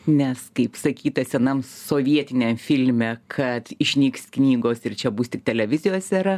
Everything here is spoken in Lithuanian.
nes kaip sakyta senam sovietiniam filme kad išnyks knygos ir čia bus tik televizijos era